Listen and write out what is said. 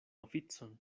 oficon